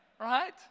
right